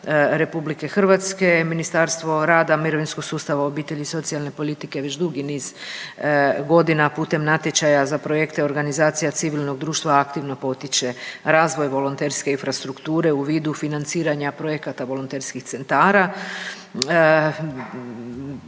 Vlada RH. Ministarstvo rada, mirovinskog sustava, obitelji i socijalne politike već dugi niz godina putem natječaja za projekte organizacija civilnog društva aktivno potiče razvoj volonterske infrastrukture u vidu financiranja projekta volonterskih centara.